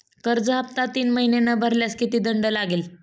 कर्ज हफ्ता तीन महिने न भरल्यास किती दंड लागेल?